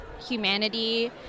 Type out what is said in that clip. humanity